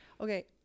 Okay